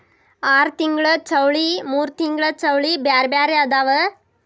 ಆರತಿಂಗ್ಳ ಚೌಳಿ ಮೂರತಿಂಗ್ಳ ಚೌಳಿ ಬ್ಯಾರೆ ಬ್ಯಾರೆ ಅದಾವ